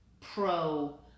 pro